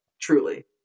Truly